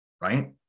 right